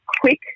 quick